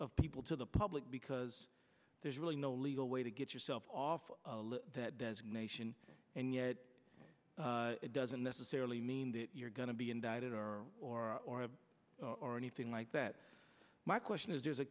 of people to the public because there's really no legal way to get yourself off of that designation and yet it doesn't necessarily mean that you're going to be indicted or or or or anything like that my question is there's a